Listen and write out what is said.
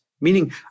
Meaning